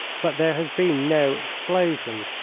but there has been no explosion,